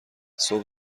صبح